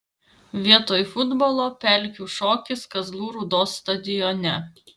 vietoj futbolo pelkių šokis kazlų rūdos stadione